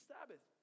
Sabbath